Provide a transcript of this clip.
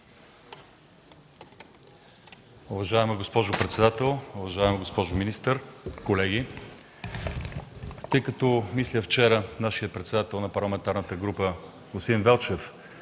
Уважаема госпожо председател, уважаема госпожо министър, колеги! Тъй като вчера нашият председател на парламентарната група господин Велчев